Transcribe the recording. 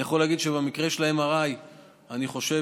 אני יכול להגיד שבמקרה של ה-MRI אני חושב